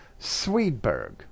Swedberg